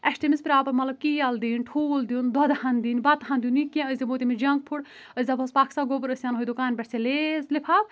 اسہِ چھِ تٔمِس پرٛاپَر مطلب کہِ کیل دِنۍ ٹھوٗل دیُن دۄدہَن دِنۍ بَت ہَن دِیُن یہِ کیٚنٛہہ أسۍ دِمو تٔمِس جَنٛک فوٗڈ أسۍ دَپہوٚس پَک سا گوٚبُر أسۍ اَنہوے دُکان پٮ۪ٹھ ژے لیز لِفاف